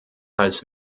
als